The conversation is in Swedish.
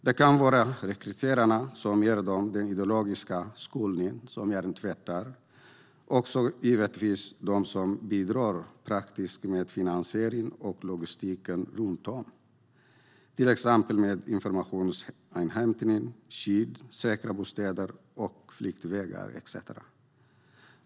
Det kan vara rekryterarna som ger dem den ideologiska skolningen, hjärntvätt, och givetvis de som bidrar med finansiering och logistiken runt om, till exempel informationsinhämtning, skydd, säkra bostäder, flyktvägar och så vidare.